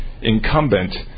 incumbent